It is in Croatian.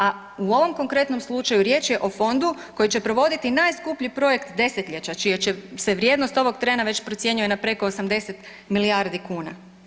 A u ovom konkretnom slučaju riječ je o fondu koji će provoditi najskuplji projekt desetljeća, čija će se vrijednost ovog trena već procjenjuje na preko 80 milijardi kuna.